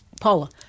Paula